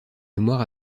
mémoire